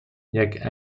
jak